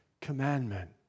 commandment